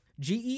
GE